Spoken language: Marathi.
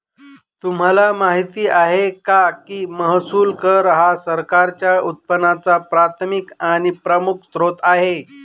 तुम्हाला माहिती आहे का की महसूल कर हा सरकारच्या उत्पन्नाचा प्राथमिक आणि प्रमुख स्त्रोत आहे